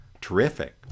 terrific